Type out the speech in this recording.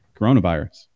coronavirus